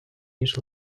ніж